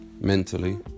mentally